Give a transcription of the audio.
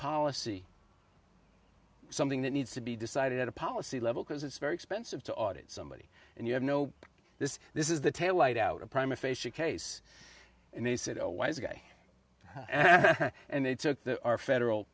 policy something that needs to be decided at a policy level because it's very expensive to audit somebody and you have no this this is the taillight out of prime aphasia case and they said oh wise guy and they took the our federal